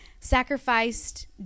sacrificed